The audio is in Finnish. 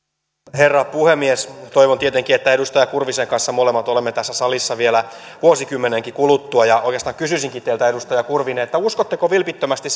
herra puhemies toivon tietenkin että edustaja kurvisen kanssa molemmat olemme tässä salissa vielä vuosikymmenenkin kuluttua ja oikeastaan kysyisinkin teiltä edustaja kurvinen uskotteko vilpittömästi